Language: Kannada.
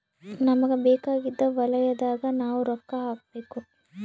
ನಮಗ ಬೇಕಾಗಿದ್ದ ವಲಯದಾಗ ನಾವ್ ರೊಕ್ಕ ಹಾಕಬೇಕು